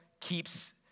keeps